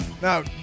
Now